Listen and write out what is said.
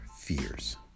fears